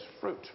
fruit